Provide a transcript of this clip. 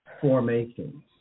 formations